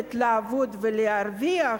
יכולת לעבוד ולהרוויח,